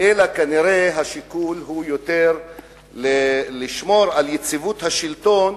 כנראה השיקול הוא יותר לשמור על יציבות השלטון,